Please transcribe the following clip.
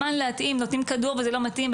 נותנים כדור וזה לא מתאים,